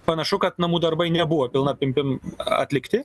panašu kad namų darbai nebuvo pilna apimtim atlikti